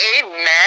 Amen